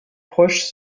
proches